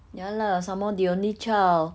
ya lah some more the only child